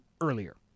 earlier